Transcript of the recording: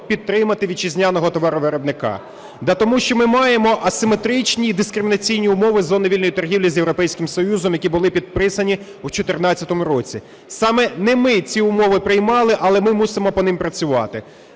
підтримати вітчизняного товаровиробника? Та тому що ми маємо асиметричні дискримінаційні умови зони вільної торгівлі з Європейським Союзом, які були підписані в 2014 році. Саме не ми ці умови приймали, але ми мусимо по ним працювати.